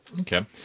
Okay